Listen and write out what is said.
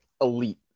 elite